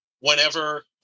whenever